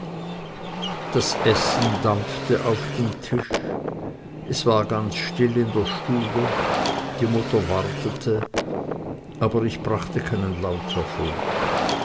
das essen dampfte auf dem tische es war ganz still in der stube die mutter wartete aber ich brachte keinen laut hervor